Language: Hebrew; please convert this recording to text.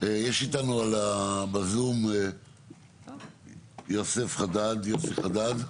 יש איתנו בזום את יוסי חדד.